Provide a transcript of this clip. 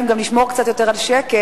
אם גם נשמור קצת יותר על שקט,